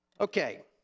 Okay